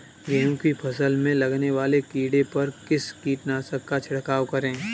गेहूँ की फसल में लगने वाले कीड़े पर किस कीटनाशक का छिड़काव करें?